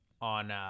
on, –